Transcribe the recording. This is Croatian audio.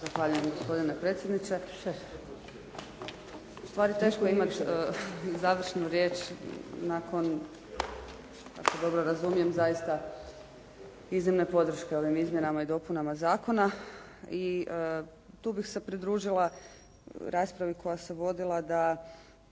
Zahvaljujem gospodine predsjedniče. Ustvari teško je imati završnu riječ nakon ako dobro razumijem zaista iznimne podrške ovim izmjenama i dopunama zakona i tu bih se pridružila raspravi koja se vodila da